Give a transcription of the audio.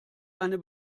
eine